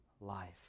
life